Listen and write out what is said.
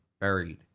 buried